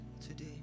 today